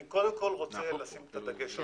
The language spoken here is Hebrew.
אני קודם כול רוצה לשים את הדגש הזה.